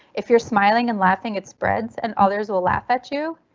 if you're smiling and laughing it spreads and others will laugh at you.